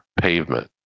pavement